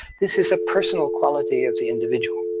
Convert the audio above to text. this is a personal quality of the individual.